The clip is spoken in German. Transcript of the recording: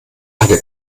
eine